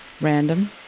Random